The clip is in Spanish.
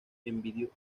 enviudó